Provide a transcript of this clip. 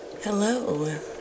Hello